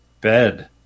bed